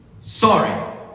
Sorry